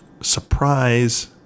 surprise